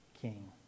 king